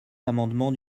l’amendement